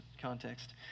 context